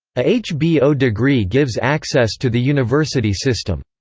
a hbo degree gives access to the university system.